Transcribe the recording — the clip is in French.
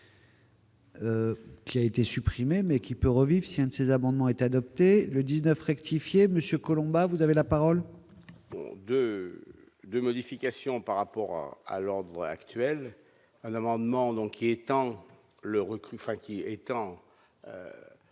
Qui a été supprimée, mais qui peut revivre un de ces amendements est adopté le 19 rectifier Monsieur Colomba, vous avez la parole. De de modifications par rapport à l'ordre actuel à l'amendement donc il étant le recrue qui étant